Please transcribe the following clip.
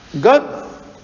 God